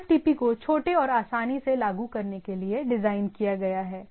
TFTP को छोटे और आसानी से लागू करने के लिए डिज़ाइन किया गया है